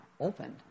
opened